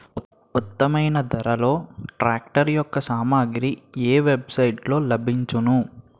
ఉత్తమమైన ధరలో ట్రాక్టర్ యెక్క సామాగ్రి ఏ వెబ్ సైట్ లో లభించును?